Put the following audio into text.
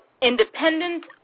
independent